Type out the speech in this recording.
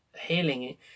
Healing